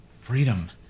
Freedom